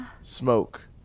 Smoke